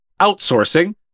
outsourcing